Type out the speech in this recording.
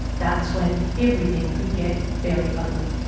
that's when everything could get very ugly.